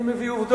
אני מביא עובדות.